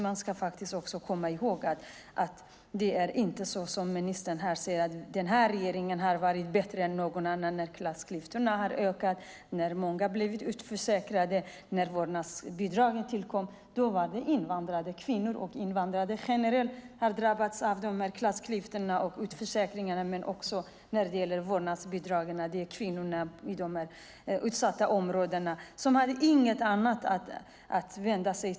Man ska alltså komma ihåg att det inte är så som ministern säger, att denna regering har varit bättre än någon annan. När klassklyftorna har ökat, när många har blivit utförsäkrade och när vårdnadsbidraget tillkom är det invandrade kvinnor och invandrade generellt som har drabbats av detta. När det gäller vårdnadsbidraget är det kvinnor i utsatta områden som inte har någon annanstans att vända sig.